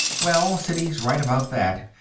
well, siddy's right about that,